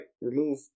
remove